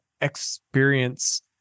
experience